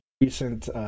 recent